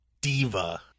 diva